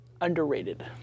Underrated